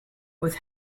with